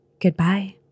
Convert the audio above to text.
Goodbye